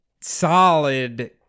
solid